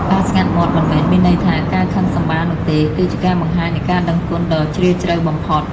ការស្ងាត់មាត់មិនមែនមានន័យថាការខឹងសម្បារនោះទេ គឺ ជាការបង្ហាញនូវការដឹងគុណដ៏ជ្រាលជ្រៅបំផុត។